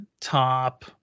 top